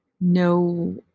no